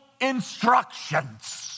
instructions